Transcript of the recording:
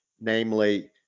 namely